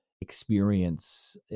experience